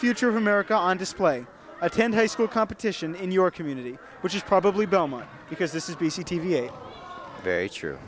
future of america on display attend high school competition in your community which is probably bummer because this is b c t v very true